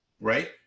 right